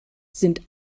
sind